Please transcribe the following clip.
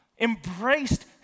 embraced